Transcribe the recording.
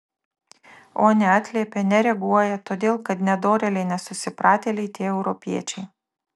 o neatliepia nereaguoja todėl kad nedorėliai nesusipratėliai tie europiečiai